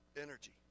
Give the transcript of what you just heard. energy